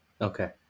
Okay